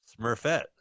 Smurfette